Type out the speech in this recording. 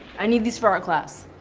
i need these for our class.